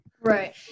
right